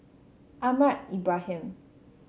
Ahmad Ibrahim